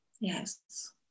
Yes